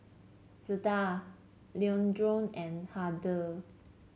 Zeta Leandro and Hardy